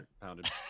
pounded